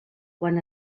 quan